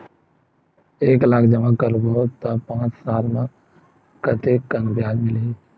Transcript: एक लाख जमा करबो त पांच साल म कतेकन ब्याज मिलही?